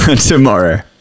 tomorrow